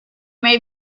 may